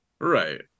Right